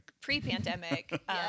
pre-pandemic